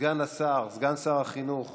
סגן שר החינוך